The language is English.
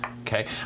okay